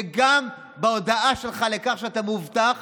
וגם בהודעה שלך בכך שאתה מאובטח,